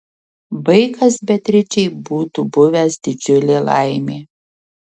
vaikas beatričei būtų buvęs didžiulė laimė